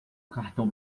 cartão